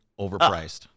overpriced